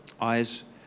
Eyes